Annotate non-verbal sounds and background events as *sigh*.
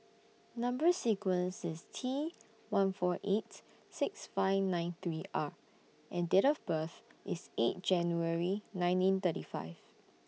Number sequence IS T *noise* one four eight six five nine three R and Date of birth IS eight January nineteen thirty five